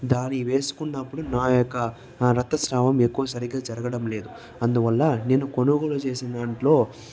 దాని వేసుకున్నప్పుడు నా యొక్క రక్తస్రావం ఎక్కువ సరిగ్గా జరగడం లేదు అందువల్ల నేను కొనుగోలు చేసిన దాంట్లో